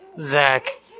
Zach